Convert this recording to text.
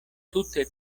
tute